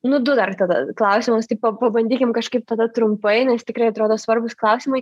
nu du dar tada klausimus taip pabandykim kažkaip tada trumpai nes tikrai atrodo svarbūs klausimai